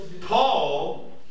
Paul